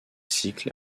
cycle